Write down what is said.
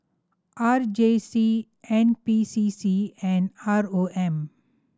R J C N P C C and R O M